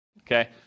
okay